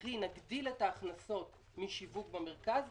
קרי: נגדיל את ההכנסות משיווק במרכז,